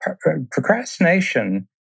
procrastination